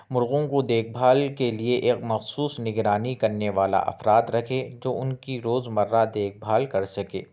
مرغوں کو دیکھ بھال کے لئے ایک مخصوص نگرانی کرنے والا افراد رکھے جو ان کی روزمرہ دیکھ بھال کر سکے